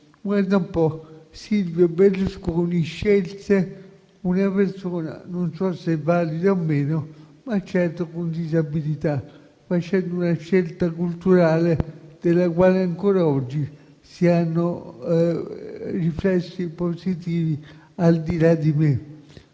Guarda un po', Silvio Berlusconi scelse una persona, non so se valida o no, ma certo con disabilità, facendo una scelta culturale della quale ancora oggi si hanno riflessi positivi al di là della